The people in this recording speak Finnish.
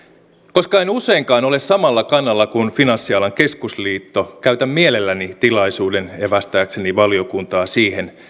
koska en useinkaan ole samalla kannalla kuin finanssialan keskusliitto käytän mielelläni tilaisuuden evästääkseni valiokuntaa siihen